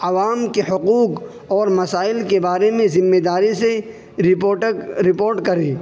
عوام کے حقوق اور مسائل کے بارے میں ذمہ داری سے رپوٹ رپورٹ کریں